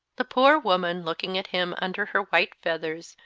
the poor woman, looking at him under her white feathers,